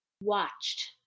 watched